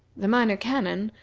the minor canon,